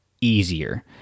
easier